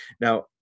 now